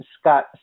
Scott